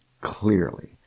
clearly